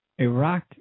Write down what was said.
Iraq